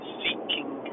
seeking